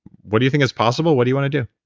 what do you think is possible, what do you wanna do?